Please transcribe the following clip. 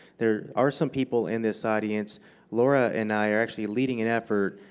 there are some people in this audience laura and i are actually leading an effort